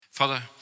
Father